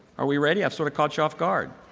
are we ready? i've sort of caught you off guard.